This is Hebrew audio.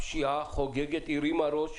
הפשיעה חוגגת, היא הרימה ראש.